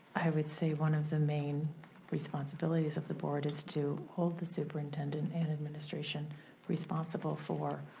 i would say one of the main responsibilities of the board is to hold the superintendent and administration responsible for